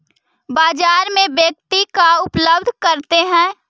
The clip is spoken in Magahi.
बाजार में व्यक्ति का उपलब्ध करते हैं?